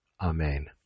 Amen